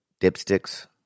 dipsticks